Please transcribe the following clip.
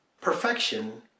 Perfection